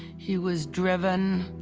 he was driven